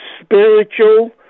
spiritual